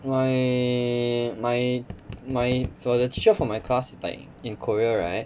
my my my for the teacher for my class like in korea right